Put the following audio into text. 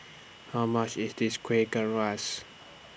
How much IS This Kueh